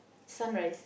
sunrise